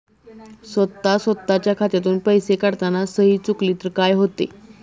स्वतः स्वतःच्या खात्यातून पैसे काढताना सही चुकली तर काय होते?